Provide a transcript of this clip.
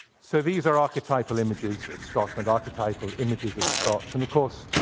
so these are archetypal images of scotland, archetypal images of scots. and of course,